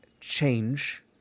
change